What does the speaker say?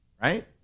right